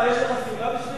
יש לך שמלה בשבילו?